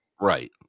Right